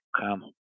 come